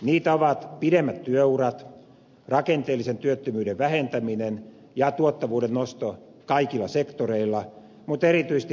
niitä ovat pidemmät työurat rakenteellisen työttömyyden vähentäminen ja tuottavuuden nosto kaikilla sektoreilla mutta erityisesti hyvinvointipalveluiden tuotannossa